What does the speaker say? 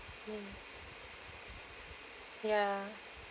mmhmm ya